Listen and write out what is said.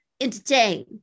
entertain